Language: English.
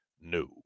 No